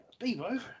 Bebo